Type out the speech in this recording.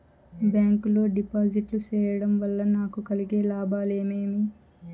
Bank లో డిపాజిట్లు సేయడం వల్ల నాకు కలిగే లాభాలు ఏమేమి?